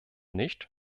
nicht